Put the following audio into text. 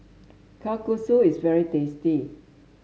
kalguksu is very tasty